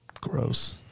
Gross